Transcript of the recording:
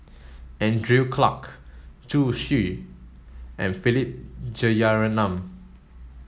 Andrew Clarke Zhu Xu and Philip Jeyaretnam